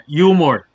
humor